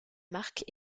marque